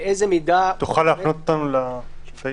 באיזה מידה --- תוכל להפנות אותנו לסעיף?